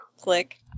Click